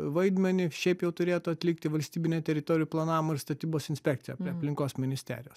vaidmenį šiaip jau turėtų atlikti valstybinė teritorijų planavimo ir statybos inspekcija prie aplinkos ministerijos